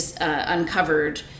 uncovered